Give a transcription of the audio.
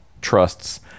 trusts